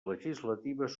legislatives